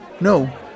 No